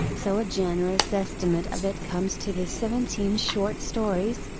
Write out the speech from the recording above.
so a generous estimate of it comes to this seventeen short stories,